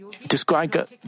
describe